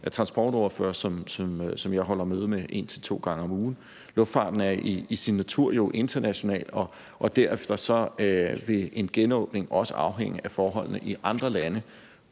af transportordførere, som jeg holder møde med en til to gange om ugen. Luftfarten er jo i sin natur international, og derfor vil en genåbning også afhænge af forholdene i andre lande.